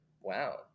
Wow